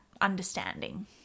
understanding